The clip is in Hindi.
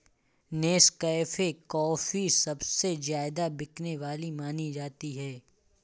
नेस्कैफ़े कॉफी सबसे ज्यादा बिकने वाली मानी जाती है